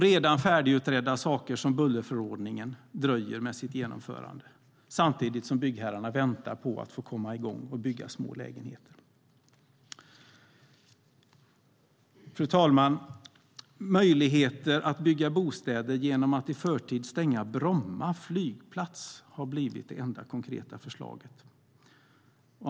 Redan färdigberedda saker, som bullerförordningen, dröjer med sitt genomförande samtidigt som byggherrarna väntar på att få komma igång med att bygga små lägenheter. Fru talman! Möjligheten att bygga bostäder genom att i förtid stänga Bromma flygplats har blivit det enda konkreta förslaget.